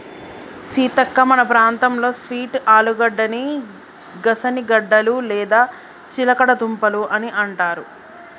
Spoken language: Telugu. సీతక్క మన ప్రాంతంలో స్వీట్ ఆలుగడ్డని గనిసగడ్డలు లేదా చిలగడ దుంపలు అని అంటారు